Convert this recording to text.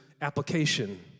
application